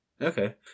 Okay